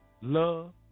love